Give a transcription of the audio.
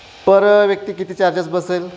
पर व्यक्ती किती चार्जेस बसेल